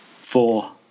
Four